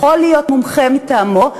יכול להיות מומחה מטעמו,